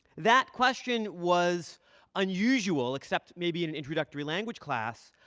that question was unusual, except maybe in an introductory language class,